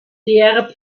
der